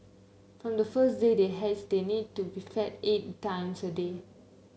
from the first day they hatch they need to be fed eight times a day